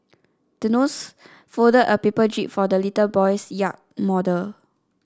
the nurse folded a paper jib for the little boy's yacht model